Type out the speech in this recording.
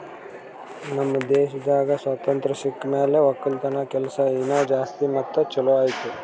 ನಮ್ ದೇಶದಾಗ್ ಸ್ವಾತಂತ್ರ ಸಿಕ್ ಮ್ಯಾಲ ಒಕ್ಕಲತನದ ಕೆಲಸ ಇನಾ ಜಾಸ್ತಿ ಮತ್ತ ಛಲೋ ಆಯ್ತು